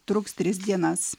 truks tris dienas